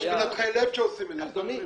יש מנתחי לב שעושים את זה.